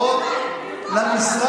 כנסת